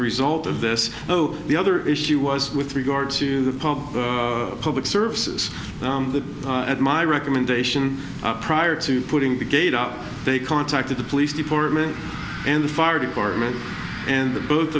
result of this so the other issue was with regard to the pub public services at my recommendation prior to putting the gate up they contacted the police department and the fire department and